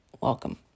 Welcome